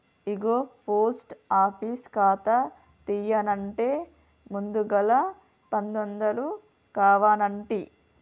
ఇగో post office ఖాతా తీయన్నంటే ముందుగల పదొందలు కావనంటి